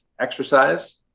exercise